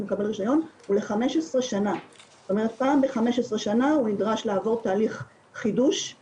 ולהעביר אלינו למשרד הפנים מפרט סופי לאחר הערות הציבור